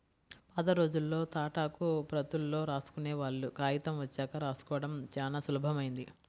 పాతరోజుల్లో తాటాకు ప్రతుల్లో రాసుకునేవాళ్ళు, కాగితం వచ్చాక రాసుకోడం చానా సులభమైంది